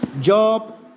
Job